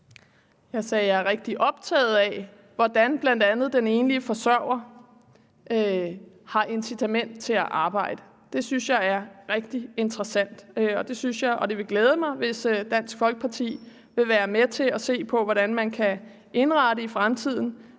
Jeg sagde, at jeg er rigtig optaget af, hvordan bl.a. den enlige forsørger har incitament til at arbejde. Det synes jeg er rigtig interessant, og det vil glæde mig, hvis Dansk Folkeparti vil være med til at se på, hvordan man kan indrette tingene